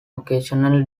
occasional